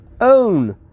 own